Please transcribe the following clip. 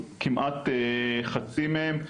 כמעט חצי מהם,